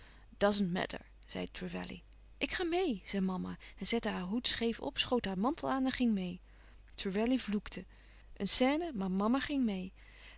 matter zei trevelley ik ga meê zei mama en zette haar hoed scheef op schoot haar mantel aan en ging meê trevelley vloekte een scène maar mama ging meê